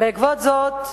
בעקבות זאת,